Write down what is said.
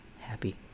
happy